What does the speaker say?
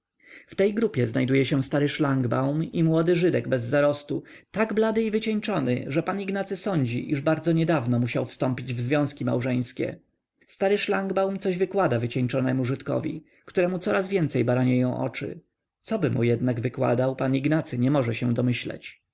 w tej grupie znajduje się stary szlangbaum i młody żydek bez zarostu tak blady i wycieńczony że pan ignacy sądzi iż bardzo niedawno musiał wstąpić w związki małżeńskie stary szlangbaum coś wykłada wycieńczonemu żydkowi któremu coraz więcej baranieją oczy coby mu jednak wykładał pan ignacy nie może się domyśleć